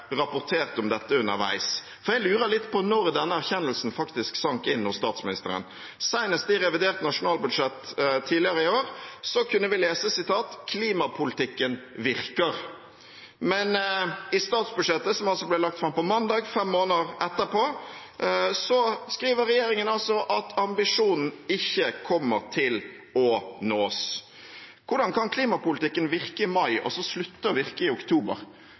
om dette underveis. For jeg lurer litt på når den erkjennelsen faktisk sank inn hos statsministeren. Senest i revidert nasjonalbudsjett tidligere i år kunne vi lese: «Klimapolitikken virker.» Men i statsbudsjettet, som altså ble lagt fram på mandag, fem måneder etter, skriver regjeringen at ambisjonen ikke kommer til å nås. Hvordan kan klimapolitikken virke i mai, og så slutte å virke i oktober?